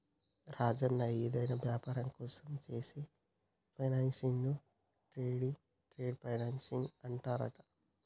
రాజన్న ఏదైనా వ్యాపారం కోసం చేసే ఫైనాన్సింగ్ ను ట్రేడ్ ఫైనాన్సింగ్ అంటారంట